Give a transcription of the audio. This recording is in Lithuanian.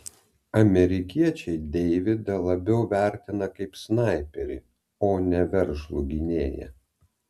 amerikiečiai deividą labiau vertina kaip snaiperį o ne veržlų gynėją